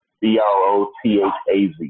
B-R-O-T-H-A-Z